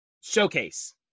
showcase